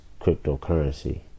cryptocurrency